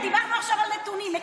דיברנו עכשיו על נתונים.